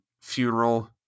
funeral